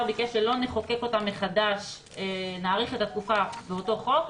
ביקש שלא נאריך את התקופה באותו חוק,